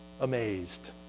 amazed